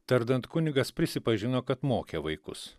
tardant kunigas prisipažino kad mokė vaikus